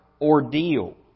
ordeal